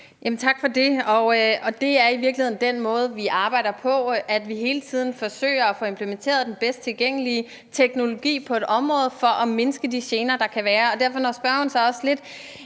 Tak for det. Det er i virkeligheden den måde, vi arbejder på, altså at vi hele tiden forsøger at få implementeret den bedste tilgængelige teknologi på et område for at mindske de gener, der kan være. Så når spørgeren sådan lidt